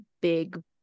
big